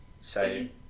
say